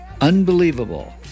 unbelievable